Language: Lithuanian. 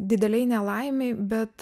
didelėj nelaimėj bet